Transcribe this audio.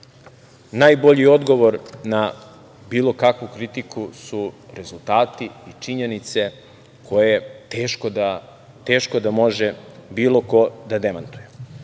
najbolji odgovor na bilo kakvu kritiku su rezultati i činjenice koje teško da može bilo ko da demantuje. Kada